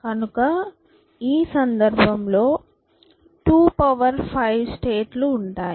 కనుక ఈ సందర్భం లో 25 స్టేట్ లు ఉంటాయి